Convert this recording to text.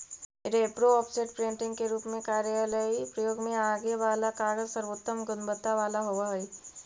repro, offset, printing के रूप में कार्यालयीय प्रयोग में आगे वाला कागज सर्वोत्तम गुणवत्ता वाला होवऽ हई